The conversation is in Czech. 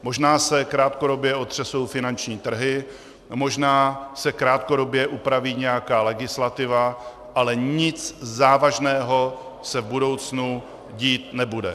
Možná se krátkodobě otřesou finanční trhy, možná se krátkodobě upraví nějaká legislativa, ale nic závažného se v budoucnu dít nebude.